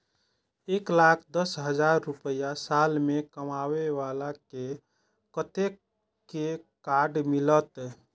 एक लाख दस हजार रुपया साल में कमाबै बाला के कतेक के कार्ड मिलत?